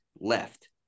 left